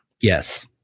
Yes